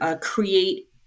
create